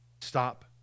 stop